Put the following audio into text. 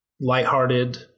lighthearted